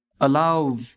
allow